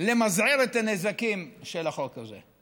כדי למזער את הנזקים של החוק הזה.